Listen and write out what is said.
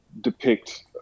depict